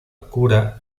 cura